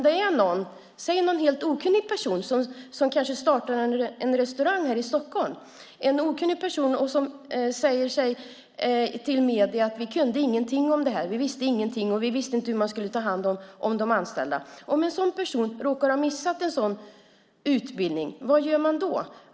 Det kan handla om en person som vill starta ett företag i exempelvis Stockholm och i medierna säger att han eller hon inte kunde någonting om hur man skulle ta hand om de anställda. Om en sådan person råkar ha missat utbildningen är frågan: Vad gör man då?